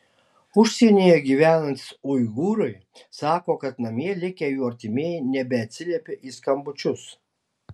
užsienyje gyvenantys uigūrai sako kad namie likę jų artimieji nebeatsiliepia į skambučius